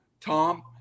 Tom